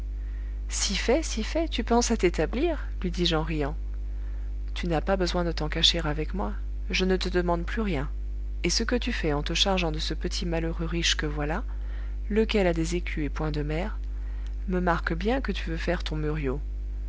si fait si fait tu penses à t'établir lui dis-je en riant tu n'as pas besoin de t'en cacher avec moi je ne te demande plus rien et ce que tu fais en te chargeant de ce petit malheureux riche que voilà lequel a des écus et point de mère me marque bien que tu veux faire ton